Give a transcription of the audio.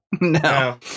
No